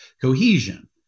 cohesion